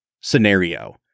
scenario